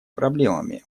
проблемами